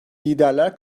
liderler